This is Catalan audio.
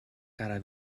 cara